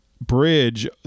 bridge